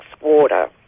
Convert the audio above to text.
water